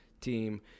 team